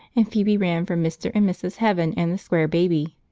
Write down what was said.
and phoebe ran for mr. and mrs. heaven and the square baby.